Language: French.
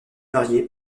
mariée